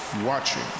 watching